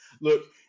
Look